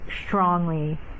strongly